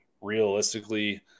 realistically